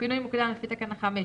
פינוי מוקדם לפי תקנה 5,